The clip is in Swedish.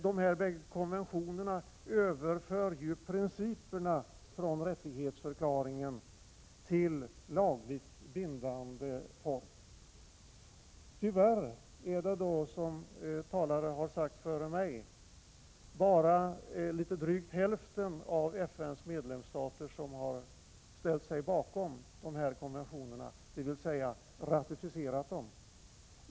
De här båda konventionerna överför principerna från rättighetsförklaringen till lagligt bindande form. Tyvärr har, som talare har sagt före mig, bara litet drygt hälften av FN:s medlemsstater ställt sig bakom konventionerna, dvs. ratificerat dem.